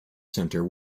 centre